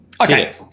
Okay